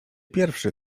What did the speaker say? pierwszy